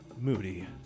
moody